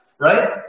right